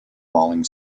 falling